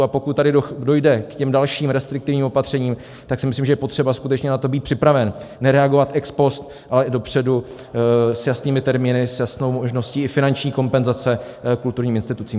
A pokud tady dojde k dalším restriktivním opatřením, tak si myslím, že je potřeba skutečně na to být připraven, nereagovat ex post, ale i dopředu, s jasnými termíny, s jasnou možností finanční kompenzace kulturním institucím.